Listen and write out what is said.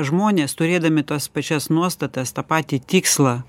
žmonės turėdami tas pačias nuostatas tą patį tikslą